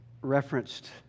referenced